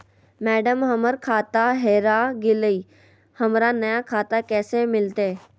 madam, हमर खाता हेरा गेलई, हमरा नया खाता कैसे मिलते